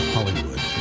Hollywood